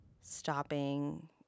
stopping